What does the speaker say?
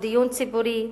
לדיון ציבורי,